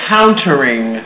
Countering